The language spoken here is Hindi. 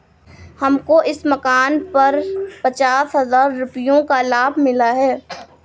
हमको इस मकान पर पचास हजार रुपयों का लाभ मिला है